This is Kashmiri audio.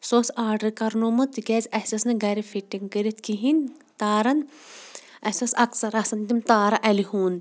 سُہ اوس آرڈَر کَرنومُت تِکیٛازِ اسہِ ٲس نہٕ گھرِ فِٹِنٛگ کٔرِتھ کِہیٖنۍ تارَن اسہِ آسہٕ اَکثر آسان تِم تارٕ اَلہِ ہُنٛد